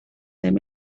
them